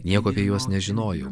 nieko apie juos nežinojau